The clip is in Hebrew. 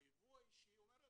ביבוא האישי היא אומרת,